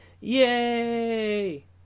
Yay